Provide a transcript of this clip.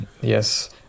yes